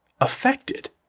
affected